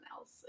else